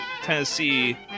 Tennessee